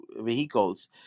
vehicles